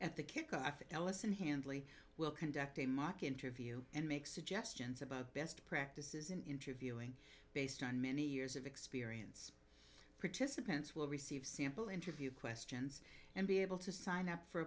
at the kickoff ellison handley will conduct a mock interview and make suggestions about best practices in interviewing based on many years of experience participants will receive sample interview questions and be able to sign up for